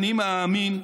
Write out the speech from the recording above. אני מאמין,